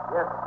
Yes